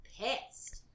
pissed